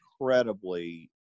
incredibly